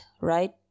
right